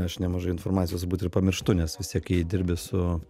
aš nemažai informacijos turbūt ir pamirštu nes vis tiek jei dirbi su